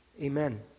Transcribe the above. Amen